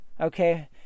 Okay